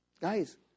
Guys